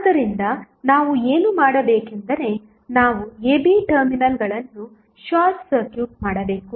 ಆದ್ದರಿಂದ ನಾವು ಏನು ಮಾಡಬೇಕೆಂದರೆ ನಾವು ab ಟರ್ಮಿನಲ್ಗಳನ್ನು ಶಾರ್ಟ್ ಸರ್ಕ್ಯೂಟ್ ಮಾಡಬೇಕು